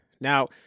Now